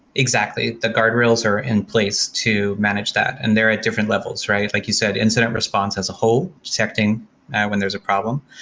exactly. the guardrails are in place to manage that and they're at different levels, right? like you said, incident response as a whole detecting when there's a problem.